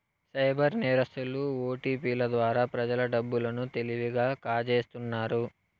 cyber నేరస్తులు ఓటిపిల ద్వారా ప్రజల డబ్బు లను తెలివిగా కాజేస్తున్నారు